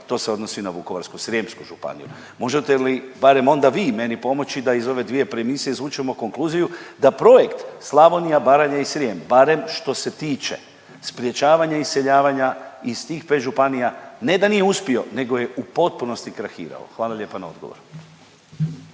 to se odnosi na Vukovarko-srijemsku županiju. Možete li barem onda vi meni pomoći da ih ove dvije premise izvučemo konkluziju da projekt Slavonija, Baranja i Srijem, barem što se tiče sprječavanja iseljavanja iz tih 5 županija, ne da nije uspio nego je u potpunosti krahirao. Hvala lijepa na odgovoru.